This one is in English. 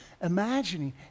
imagining